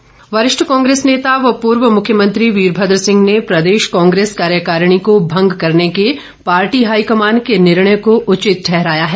वीरभद्र सिंह वरिष्ठ कांग्रेस नेता व पूर्व मुख्यमंत्री वीरभद्र सिंह ने प्रदेश कांग्रेस कार्यकारिणी को भंग करने के पार्टी हाईकमान के निर्णय को उचित ठहराया है